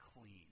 clean